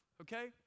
Okay